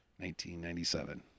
1997